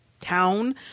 town